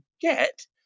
get